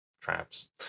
traps